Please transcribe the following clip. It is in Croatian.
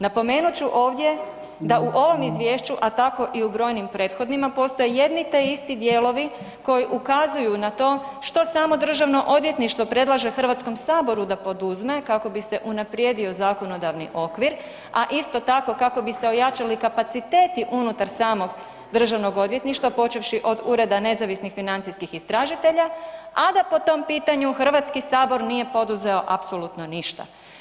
Napomenut ću ovdje da u ovom izvješću a tako i u brojnim prethodnima, postoje jedni te isti dijelovi koji ukazuju na to što samo Državno odvjetništvo predlaže Hrvatskom saboru da poduzme kako bi se unaprijedio zakonodavni okvir a isti tako kako bi se ojačali kapaciteti unutar samog Državnog odvjetništva počevši od ureda nezavisnih financijskih istražitelja, a da po tom pitanju Hrvatski sabor nije poduzeo apsolutno ništa.